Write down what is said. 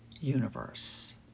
universe